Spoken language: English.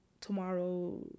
tomorrow